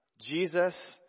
Jesus